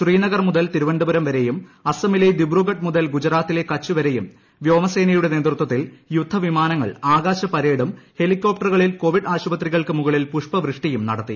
ശ്രീനഗർ മുതൽ തിരുവനന്തപുരം വരെയും അസ്സമിലെ ദിബ്രുഗഡ് മുതൽ ഗുജറാത്തിലെ കച്ച് വരെയും വ്യോമസേനയുടെ നേതൃത്വത്തിൽ യുദ്ധവിമാനങ്ങൾ ആകാശ പരേഡും ഹെലികോപ്ടറുകളിൽ കോവിഡ് ആശുപത്രികൾക്ക് മുകളിൽ പുഷ്പവൃഷ്ടിയും നടത്തി